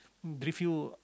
drift you